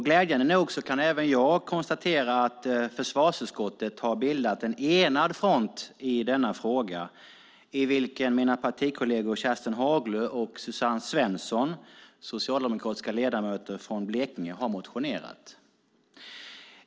Glädjande nog kan även jag konstatera att försvarsutskottet har bildat en enad front i denna fråga, i vilken mina partikolleger Kerstin Haglö och Suzanne Svensson, socialdemokratiska ledamöter från Blekinge, har motionerat.